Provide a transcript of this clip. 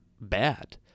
bad